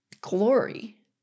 glory